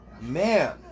Man